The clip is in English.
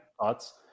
thoughts